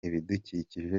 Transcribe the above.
ibidukikije